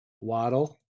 Waddle